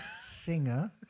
singer